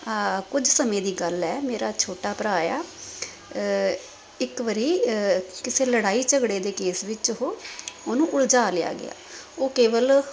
ਆਹ ਕੁਝ ਸਮੇਂ ਦੀ ਗੱਲ ਹੈ ਮੇਰਾ ਛੋਟਾ ਭਰਾ ਆ ਇੱਕ ਵਾਰੀ ਕਿਸੇ ਲੜਾਈ ਝਗੜੇ ਦੇ ਕੇਸ ਵਿੱਚ ਉਹ ਉਹਨੂੰ ਉਲਝਾ ਲਿਆ ਗਿਆ ਉਹ ਕੇਵਲ